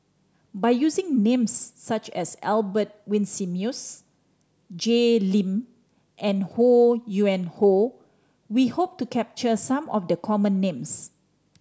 by using names such as Albert Winsemius Jay Lim and Ho Yuen Hoe we hope to capture some of the common names